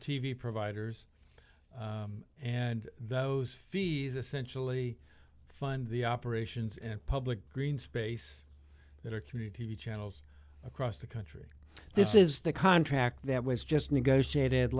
v providers and those fees essentially fund the operations and public green space that are community channels across the country this is the contract that was just negotiated